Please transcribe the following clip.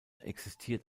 existiert